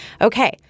Okay